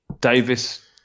Davis